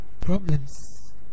problems